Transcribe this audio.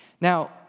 Now